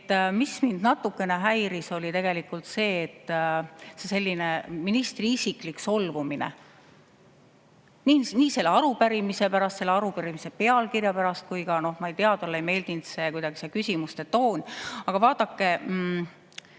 Mis mind natukene häiris, oli tegelikult see ministri isiklik solvumine nii selle arupärimise pärast, selle arupärimise pealkirja pärast kui ka, ma ei tea, talle ei meeldinud kuidagi see küsimuste toon. Aga vaadake,